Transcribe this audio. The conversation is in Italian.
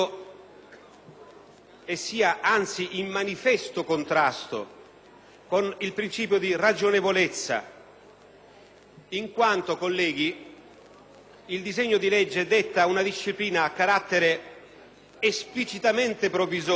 e sia anzi in manifesto contrasto, con il principio di ragionevolezza in quanto, il disegno di legge detta una disciplina a carattere esplicitamente provvisorio